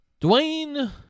Dwayne